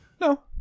no